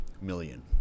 million